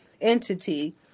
entity